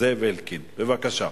זאב אלקין, בבקשה.